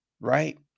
right